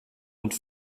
und